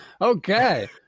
okay